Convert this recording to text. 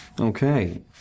Okay